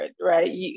right